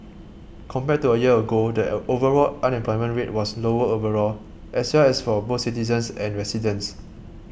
compared to a year ago that overall unemployment rate was lower overall as well as for both citizens and residents